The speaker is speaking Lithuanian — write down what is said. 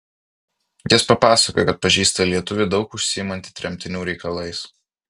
jis papasakojo kad pažįsta lietuvį daug užsiimantį tremtinių reikalais